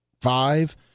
five